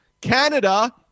canada